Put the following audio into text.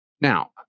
Now